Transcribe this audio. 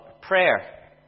prayer